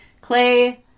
Clay